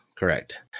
correct